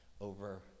over